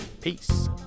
Peace